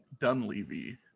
Dunleavy